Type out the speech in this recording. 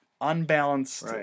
unbalanced